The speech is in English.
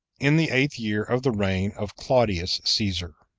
in the eighth year of the reign of claudius caesar.